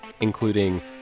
including